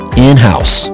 in-house